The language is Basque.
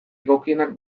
egokienak